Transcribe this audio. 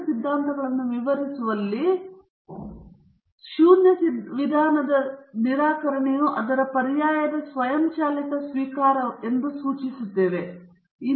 ಎರಡು ಸಿದ್ಧಾಂತಗಳನ್ನು ವಿವರಿಸುವಲ್ಲಿ ಶೂನ್ಯ ವಿಧಾನದ ನಿರಾಕರಣೆಯು ಅದರ ಪರ್ಯಾಯದ ಸ್ವಯಂಚಾಲಿತ ಸ್ವೀಕಾರವನ್ನು ನಾವು ಸೂಚಿಸುತ್ತೇವೆ